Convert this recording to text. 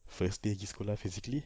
first day pergi sekolah physically